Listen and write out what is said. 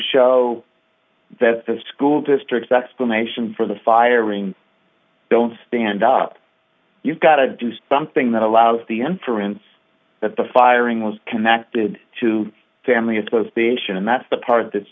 show that the school districts explanation for the firing don't stand up you've got to do something that allows the inference that the firing was connected to family as well as the action and that's the part of this